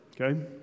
okay